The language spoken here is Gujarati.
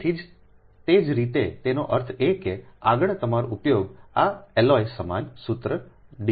તેથી તે જ રીતેતેનો અર્થ એ કે આગળ તમારો ઉપયોગ આ એલોય સમાન સૂત્ર Dm જ રહેશે